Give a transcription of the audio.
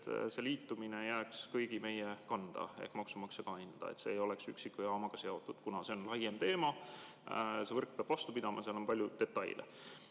et liitumine jääks kõigi meie ehk maksumaksja kanda. See ei oleks üksiku jaamaga seotud, kuna see on laiem teema, võrk peab vastu pidama ja seal on palju detaile.